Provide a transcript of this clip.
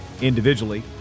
Individually